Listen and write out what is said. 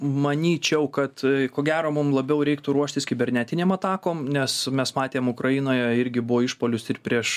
manyčiau kad ko gero mum labiau reiktų ruoštis kibernetinėm atakom nes mes matėm ukrainoje irgi buvo išpuolius ir prieš